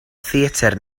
theatr